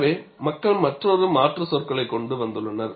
எனவே மக்கள் மற்றொரு மாற்று சொற்களைக் கொண்டு வந்துள்ளனர்